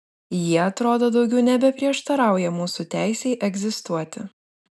jie atrodo daugiau nebeprieštarauja mūsų teisei egzistuoti